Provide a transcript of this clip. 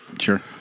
sure